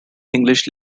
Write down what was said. english